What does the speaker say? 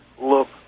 look